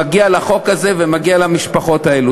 מגיע לחוק הזה ומגיע למשפחות האלה.